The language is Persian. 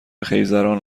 خیزران